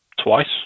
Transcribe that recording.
twice